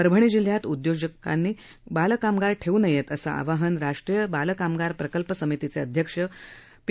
परभणी जिल्ह्यात उदयोजकांनी बालकामगार ठेव् नयेत असं आवाहन राष्ट्रीय बालकामगार प्रकल्प समितीचे अध्यक्ष जिल्हाधिकारी पी